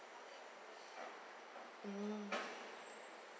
mm